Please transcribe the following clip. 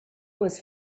was